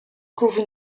couvrent